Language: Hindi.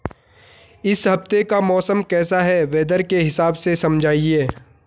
इस हफ्ते का मौसम कैसा है वेदर के हिसाब से समझाइए?